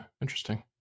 Interesting